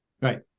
Right